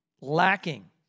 lacking